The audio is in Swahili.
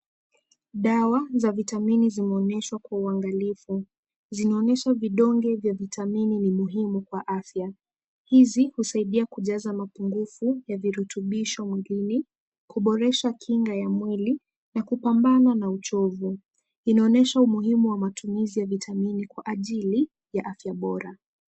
Dawa za vitamini zimeonyeshwa kwa uangalifu. Zinaonyesha vidonge vya vitamini ni muhimu kwa afya. Hizi husaidia kujaza mapungufu ya virutubisho mwilini, kuboresha kinga ya mwili na kupambana na uchovu. Inaonyesha umuhimu wa matumizi ya vitamini kwa ajili ya afya bora.